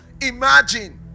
imagine